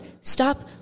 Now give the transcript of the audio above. stop